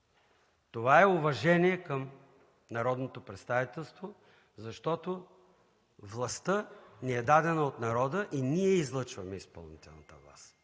Това е уважение към народното представителство, защото властта ни е дадена от народа и ние излъчваме изпълнителната власт.